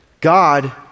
God